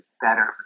better